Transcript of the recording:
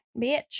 bitch